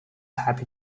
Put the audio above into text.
happy